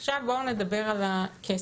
עכשיו בואו נדבר על הכסף.